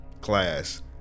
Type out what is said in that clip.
class